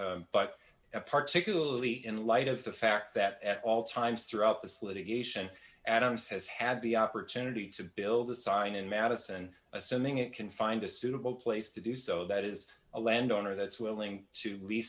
but particularly in light of the fact that at all times throughout this litigation adams has had the opportunity to build a sign in madison assuming it can find a suitable place to do so that is a landowner that's willing to lea